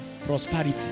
prosperity